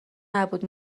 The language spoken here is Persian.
نبود